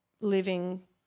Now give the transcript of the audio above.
living